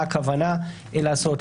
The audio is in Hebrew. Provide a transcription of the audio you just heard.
מה הכוונה לעשות,